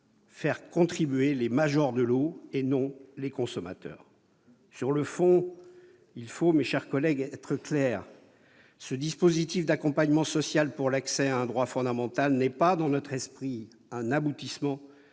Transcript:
faire contribuer les de l'eau, et non les consommateurs ? Sur le fond, il faut être clair. Ce dispositif d'accompagnement social pour l'accès à un droit fondamental n'est pas, dans notre esprit, un aboutissement,